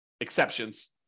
exceptions